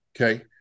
Okay